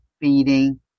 feeding